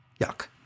Yuck